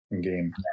game